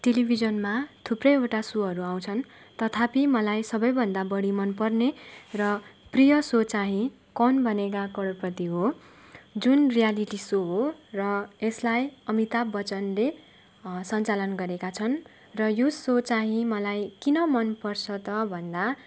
टेलिभिजनमा थुप्रैवटा सोहरू आउँछन् तथापि मलाई सबैभन्दा बढी मन पर्ने र प्रिय सो चाहिँ कौन बनेगा करोडपति हो जुन रिएलिटी सो हो र यसलाई अमिताभ बच्चनले सन्चालन गरेका छन् र यो सो चाहिँ मलाई किन मन पर्छ त भन्दा